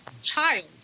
child